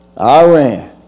Iran